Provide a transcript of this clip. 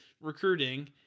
recruiting